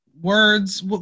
words